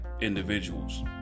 individuals